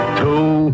two